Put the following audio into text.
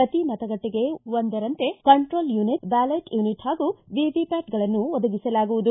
ಪ್ರತಿ ಮತಗಟ್ಟೆಗೆ ಒಂದರಂತೆ ಕಂಟ್ರೋಲ್ ಯುನಿಟ್ ಬ್ಯಾಲೆಟ್ ಯುನಿಟ್ ಹಾಗೂ ವಿವಿಪ್ಚಾಟ್ ಗಳನ್ನು ಒದಗಿಸಲಾಗುವುದು